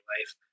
life